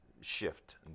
shift